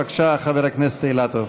בבקשה, חבר הכנסת אילטוב.